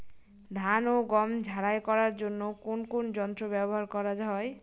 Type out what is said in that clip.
ধান ও গম ঝারাই করার জন্য কোন কোন যন্ত্র ব্যাবহার করা হয়?